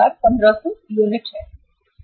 आदेशों की संख्या प्रति वर्ष 67माफ़ करना